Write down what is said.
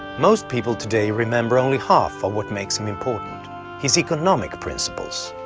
most people today remember only half of what makes him important his economic principles.